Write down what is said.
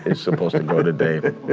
it's supposed to go to dave.